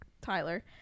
Tyler